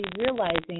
realizing